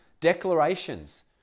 Declarations